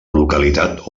localitat